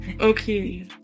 Okay